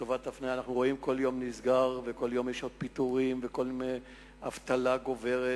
אנחנו רואים שכל יום נסגר מפעל וכל יום יש עוד פיטורין והאבטלה גוברת,